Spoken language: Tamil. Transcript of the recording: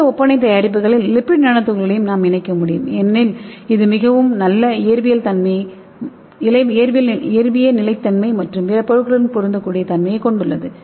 புதிய ஒப்பனை தயாரிப்புகளில் லிப்பிட் நானோ துகள்களையும் நாம் இணைக்க முடியும் ஏனெனில் இது மிகவும் நல்ல இயற்பிய நிலைத்தன்மை மற்றும் பிற பொருட்களுடன் பொருந்தக்கூடிய தன்மையைக் கொண்டுள்ளது